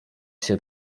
się